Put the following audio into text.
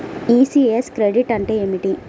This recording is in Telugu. ఈ.సి.యస్ క్రెడిట్ అంటే ఏమిటి?